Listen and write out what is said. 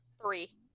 Three